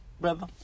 brother